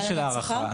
להלנת שכר?